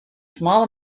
small